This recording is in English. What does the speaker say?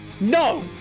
No